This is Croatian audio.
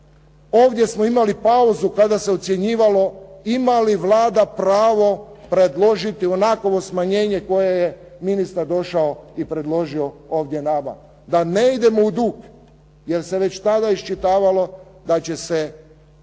ovdje smo imali pauzu kada se ocjenjivalo ima li Vlada pravo predložiti onakovo smanjenje koje je ministar došao i predložio ovdje k nama, da ne idemo u dug jer se već tada iščitavalo da će se krediti